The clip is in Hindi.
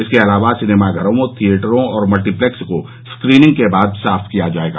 इसके अलावा सिनेमाघरों थियेटर और मल्टीप्लेक्स को स्क्रीनिंग के बाद साफ किया जाएगा